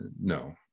No